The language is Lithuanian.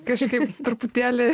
kažkaip truputėlį